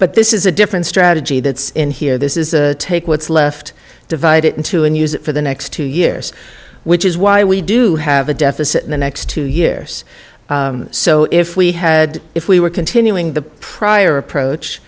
but this is a different strategy that's in here this is take one left divide it into and use it for the next two years which is why we do have a deficit in the next two years so if we had if we were continuing the prior approach